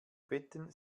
betten